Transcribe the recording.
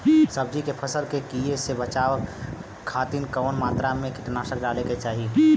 सब्जी के फसल के कियेसे बचाव खातिन कवन मात्रा में कीटनाशक डाले के चाही?